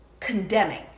condemning